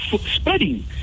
spreading